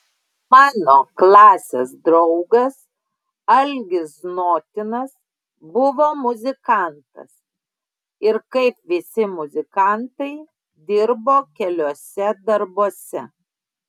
mano klasės draugas algis znotinas buvo muzikantas ir kaip visi muzikantai dirbo keliuose darbuose